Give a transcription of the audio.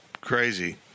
Crazy